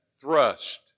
thrust